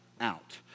out